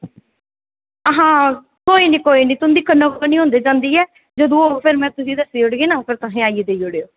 आं कोई निं तुंदी कन्नो कन्नी होई जंदी ऐ जदूं होग ना में तुसेंगी दस्सी ओड़गी तुस आइयै दस्सी ओड़ेओ